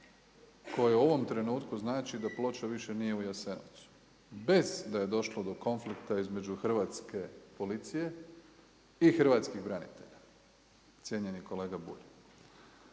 koje u ovom trenutku znači da ploča više nije u Jasenovcu, bez da je došlo do konflikta između Hrvatske policije i hrvatskih branitelja, cijenjeni kolega Bulj.